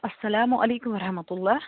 اَسلامُ علیکُم وَ رحمتہُ اللہ